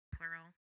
Plural